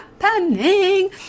happening